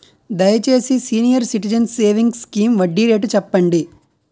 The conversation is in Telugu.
దయచేసి సీనియర్ సిటిజన్స్ సేవింగ్స్ స్కీమ్ వడ్డీ రేటు చెప్పండి